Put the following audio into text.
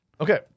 Okay